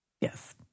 Yes